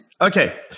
Okay